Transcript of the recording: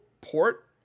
port